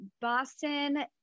Boston